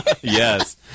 Yes